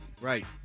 Right